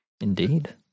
Indeed